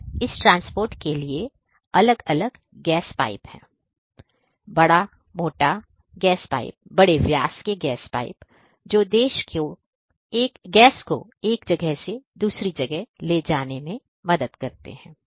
और इस ट्रांसपोर्ट के लिए अलग अलग गैस पाइप हैं बड़ा मोटा बड़ा मोटा गैस पाइप बड़े व्यास के गैस पाइप जो देश को एक जगह से दूसरी जगह तक ले जाने में मदद कर सकते हैं